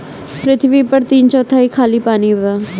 पृथ्वी पर तीन चौथाई खाली पानी बा